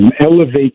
elevate